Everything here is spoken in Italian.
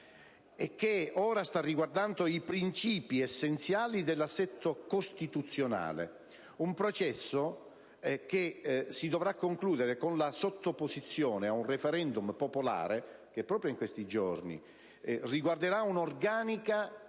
e che ora sta riguardando i principi essenziali dell'assetto costituzionale, un processo che si dovrà concludere con un *referendum* popolare che proprio in questi giorni riguarderà un'organica